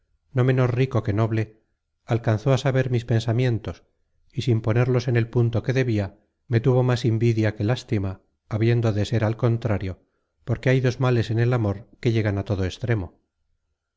no menos rico que noble alcanzó á saber mis pensamientos y sin ponerlos en el punto que debia me tuvo más invidia que lástima habiendo de ser al contrario porque hay dos mals en el amor que llegan á todo extremo